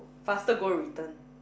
faster go return